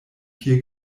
vier